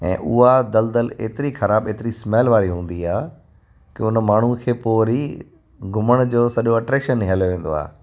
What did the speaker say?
ऐं उहा दलदल एतिरी ख़राबु एतिरी स्मेल वारी हूंदी आहे कि हुन माण्हूअ खे पोइ वरी घुमण जो सॼो अट्रैकशन ई हलियो वेंदो आहे